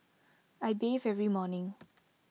I bathe every morning